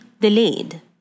delayed